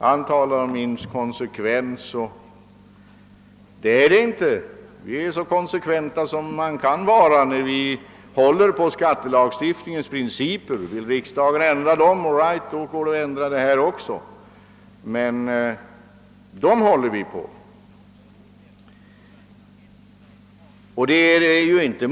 Han talade om inkonsekvens, men vi är så konsekventa som man kan vara när vi håller på skattelagstiftningens principer. Vill riksdagen ändra dem så all right, men så länge de finns kvar håller vi på dem.